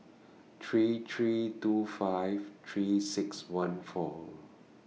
three three two five three six one four